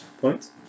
points